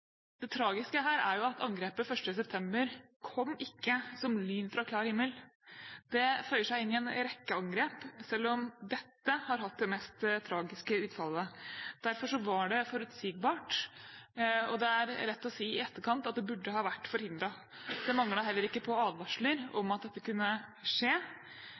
Det tragiske her er at angrepet 1. september ikke kom som lyn fra klar himmel. Det føyer seg inn i en rekke angrep, selv om dette har hatt det mest tragiske utfallet. Derfor var det forutsigbart, og det er lett å si i etterkant at det burde ha vært forhindret. Det manglet heller ikke på advarsler om at dette kunne skje.